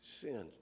Sin